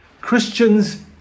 Christians